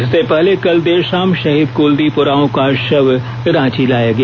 इससे पहले कल देर शाम शहीद कलदीप उराव का शव रांची लाया गया